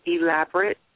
Elaborate